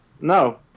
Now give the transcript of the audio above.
no